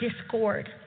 discord